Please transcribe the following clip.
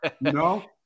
No